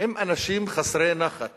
הם אנשים חסרי נחת